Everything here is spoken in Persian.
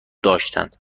داشتند